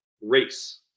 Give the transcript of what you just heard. race